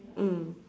mm